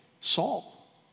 Saul